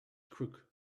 crook